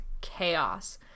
chaos